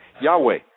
Yahweh